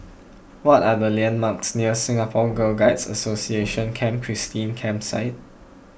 what are the landmarks near Singapore Girl Guides Association Camp Christine Campsite